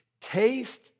Taste